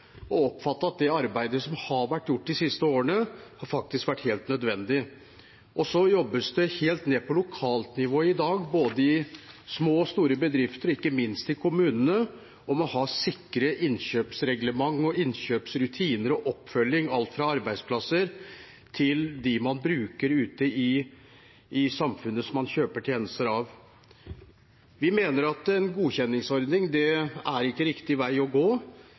oppfatte at det arbeidet som har vært gjort de siste årene, faktisk har vært helt nødvendig. Så jobbes det helt ned på lokalt nivå i dag, både i små og store bedrifter og ikke minst i kommunene, med å ha sikre innkjøpsreglement, innkjøpsrutiner og oppfølging av alt fra arbeidsplasser til dem man kjøper tjenester av ute i samfunnet. Vi mener at en godkjenningsordning ikke er riktig vei å gå.